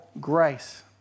grace